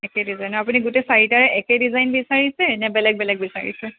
একে ডিজাইনৰ আপুনি গোটেই চাৰিটাৰে একে ডিজাইন বিচাৰিছে নে বেলেগ বেলেগ বিচাৰিছে